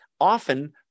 Often